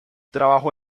trabajó